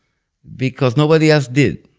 because nobody else did,